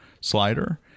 slider